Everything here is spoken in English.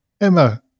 Emma